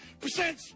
percent